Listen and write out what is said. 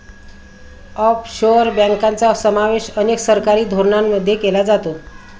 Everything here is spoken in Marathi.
ऑफशोअर बँकांचा समावेश अनेक सरकारी धोरणांमध्ये केला जातो